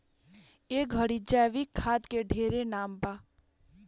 ए घड़ी जैविक खाद के ढेरे नाम बा